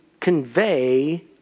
convey